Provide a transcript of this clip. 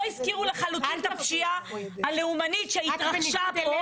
לא הזכירו לחלוטין את הפשיעה הלאומנית שהתרחשה פה,